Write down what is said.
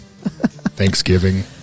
Thanksgiving